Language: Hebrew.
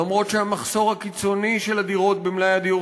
למרות שהמחסור הקיצוני של הדירות במלאי הדיור